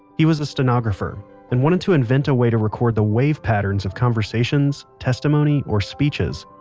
he was a stenographer and wanted to invent a way to record the wave patterns of conversations, testimony, or speeches.